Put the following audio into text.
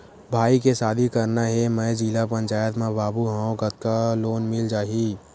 भाई के शादी करना हे मैं जिला पंचायत मा बाबू हाव कतका लोन मिल जाही?